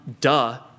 duh